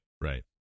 right